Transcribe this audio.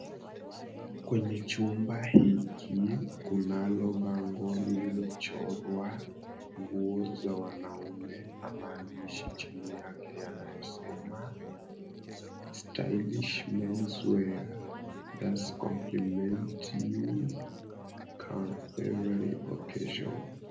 Kwenye chumba hiki kunalo bango lililochorwa, nguo za wanaume na maandishi chini yake yanayosema, "STYLISH MEN'S WEAR THAT COMPLIMENTS YOU ON EVERY OCCASION".